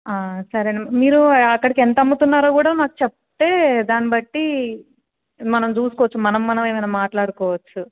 సరేనమ్మా మీరు అక్కడికి ఎంత అమ్ముతున్నారో కూడా చెప్తే దాన్ని బట్టి మనం చూసుకోవచ్చు మనం మనం ఏమన్నా మాట్లాడుకోవచ్చు